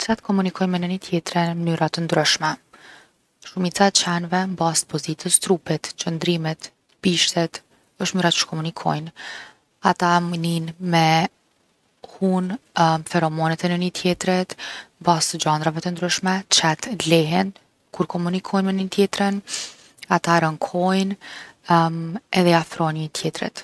Qent komunikojn’ me njoni tjetrin n’mnyra t’ndryshme. Shumica e qenve n’bazë t’pozitës t’trupit, qëndrimit, bishtit, osht mnyra qysh komunikojnë. Ata mujn nijn me hun feromonet e njoni tjetrit. N’bazë t’gjandrave t’ndryshme qent lehin kur komunikojn’ me njoni tjetrin, ata rënkojnë edhe i afrohen njoni tjetrit.